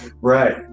Right